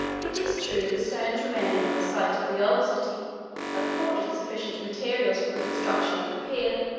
it is true the stones remaining on the site of the old city afforded sufficient materials for the construction of the pier,